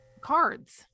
cards